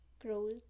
growth